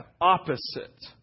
opposite